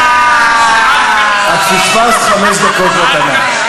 את פספסת חמש דקות מתנה.